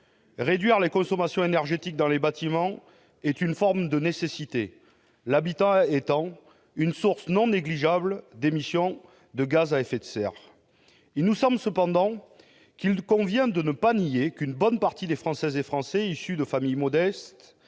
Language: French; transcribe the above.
Réduire les consommations énergétiques dans les bâtiments est une forme de nécessité, l'habitat étant une source non négligeable d'émission de gaz à effet de serre. Il nous semble cependant qu'il convient de ne pas nier qu'une bonne partie des Françaises et des Français, issus de familles modestes,